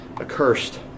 accursed